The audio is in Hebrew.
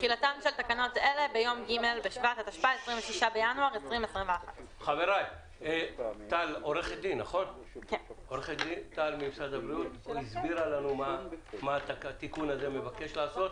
תחילתן של תקנות אלה ביום י"ג בשבט התשפ"א (26 בינואר 2021). עו"ד טל ממשרד הבריאות הסבירה לנו מה התיקון הזה מבקש לעשות.